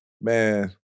man